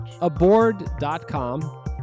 Aboard.com